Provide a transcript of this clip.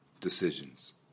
Decisions